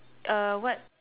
err what